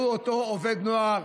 אותו עובד נוער,